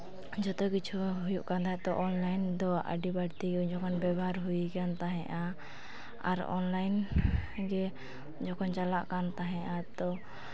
ᱡᱷᱚᱛᱚ ᱠᱤᱪᱷᱩ ᱦᱩᱭᱩᱜ ᱠᱟᱱ ᱛᱟᱦᱮᱸᱫ ᱛᱚ ᱚᱱᱞᱟᱭᱤᱱ ᱫᱚ ᱟᱹᱰᱤ ᱵᱟᱹᱲᱛᱤᱜᱮ ᱩᱱᱡᱚᱠᱷᱚᱱ ᱵᱮᱵᱚᱦᱟᱨ ᱦᱩᱭᱟᱠᱟᱱ ᱛᱟᱦᱮᱸᱜᱼᱟ ᱟᱨ ᱚᱱᱞᱟᱭᱤᱱ ᱜᱮ ᱡᱚᱠᱷᱚᱱ ᱪᱟᱞᱟᱜ ᱠᱟᱱ ᱛᱟᱦᱮᱸᱜᱼᱟ ᱛᱚ